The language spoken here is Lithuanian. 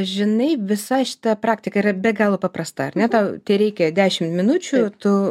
žinai visa šita praktika yra be galo paprasta ar ne tau tereikia dešim minučių tu